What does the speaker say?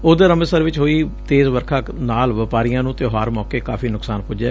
ਉਧਰ ਅੰਮ੍ਰਿਤਸਰ ਵਿਚ ਹੋਈ ਤੇਜ਼ ਵਰਖਾ ਨਾਲ ਵਪਾਰੀਆਂ ਨੂੰ ਤਿਉਹਾਰ ਮੌਕੇ ਕਾਫ਼ੀ ਨੁਕਸਾਨ ਪੁੱਜੈ